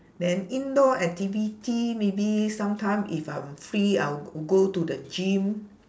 then indoor activity maybe sometime if I'm free I will g~ go to the gym